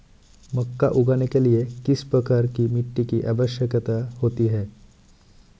मक्का उगाने के लिए किस प्रकार की मिट्टी की आवश्यकता होती है?